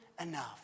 enough